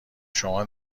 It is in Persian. شما